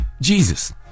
Jesus